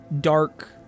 dark